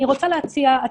אני רוצה להציע הצעה.